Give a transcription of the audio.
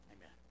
Amen